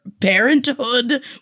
parenthood